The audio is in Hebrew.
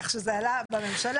כך שזה עלה בממשלה.